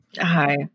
Hi